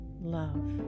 love